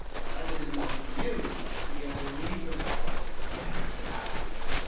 because i'm going to leave it to you to go and read the report and its analysis.